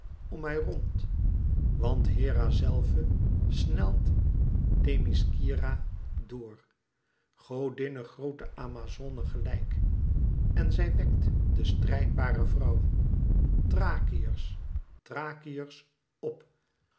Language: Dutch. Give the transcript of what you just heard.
om mij rond want hera zelve snelt themiskyra door godinne groote amazone gelijk en zij wekt de strijdbare vrouwen thrakiërs thrakiërs op